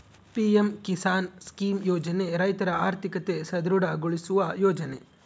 PM Kisan scheme ಯೋಜನೆ ರೈತರ ಆರ್ಥಿಕತೆ ಸದೃಢ ಗೊಳಿಸುವ ಯೋಜನೆ